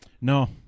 No